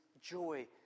joy